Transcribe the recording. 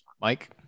Mike